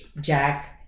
Jack